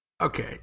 Okay